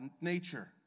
nature